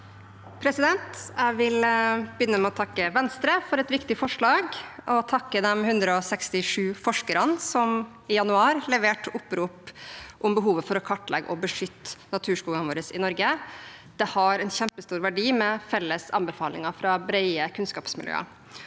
sa- ken): Jeg vil begynne med å takke Venstre for et viktig forslag, og jeg vil også takke de 167 forskerne som i januar leverte et opprop om behovet for å kartlegge og beskytte naturskogene våre i Norge. Det har en kjempestor verdi med felles anbefalinger fra brede kunnskapsmiljøer.